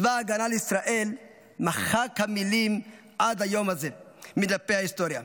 "צבא הגנה לישראל מחק המילים 'עד היום הזה' מדפי ההיסטוריה.